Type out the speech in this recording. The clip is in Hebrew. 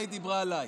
ככה היא דיברה עליי.